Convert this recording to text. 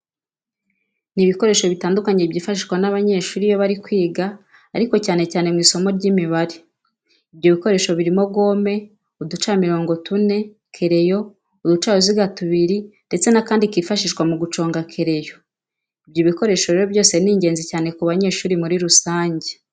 Ni ibikoresho bitandukanye byifashishwa n'abanyeshuri iyo bari kwiga ariko cyane cyane mu isimo ry'Imibare. Ibyo bikoresho birimo gome, uducamirongo tune, kereyo, uducaruziga tubiri ndetse n'akandi kifashishwa mu guconga kereyo. Ibyo bikoresho rero byose ni ingenzi cyane ku banyeshuri muri rusange.